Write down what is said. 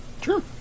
Sure